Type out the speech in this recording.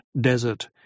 desert